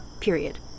Period